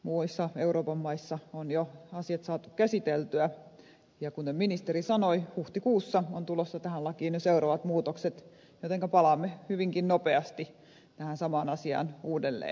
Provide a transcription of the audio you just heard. muissa euroopan maissa on jo asiat saatu käsiteltyä ja kuten ministeri sanoi huhtikuussa on jo tulossa tähän lakiin seuraavat muutokset jotenka palaamme hyvinkin nopeasti tähän samaan asiaan uudelleen